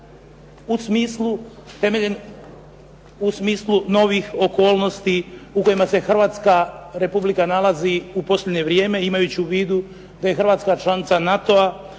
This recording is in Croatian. u smislu novih okolnosti u kojima se Hrvatska republika nalazi u posljednje vrijeme, imajući u vidu da je Hrvatska članica NATO-a,